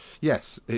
yes